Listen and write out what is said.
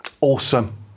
Awesome